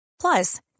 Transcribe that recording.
plus